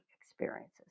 experiences